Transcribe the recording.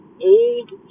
old